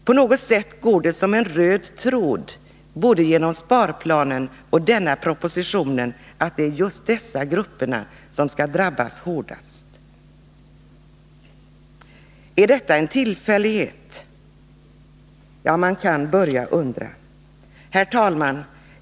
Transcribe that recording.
På något sätt går det som en röd tråd genom både sparplanen och propositionen att det är just dessa grupper som skall drabbas hårdast. Är detta en tillfällighet? Man kan börja undra. Herr talman!